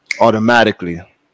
Automatically